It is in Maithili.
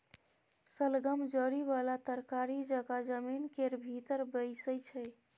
शलगम जरि बला तरकारी जकाँ जमीन केर भीतर बैसै छै